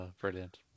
Brilliant